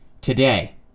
today